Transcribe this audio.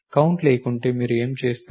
count లేకుంటే మీరు ఏమి చేస్తారు